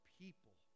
people